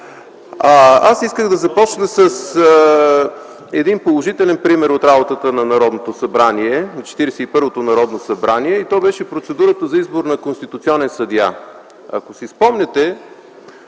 Аз исках да започна с един положителен пример от работата на 41-ото Народно събрание и това беше процедурата за избор на конституционен съдия. Ако си спомняте,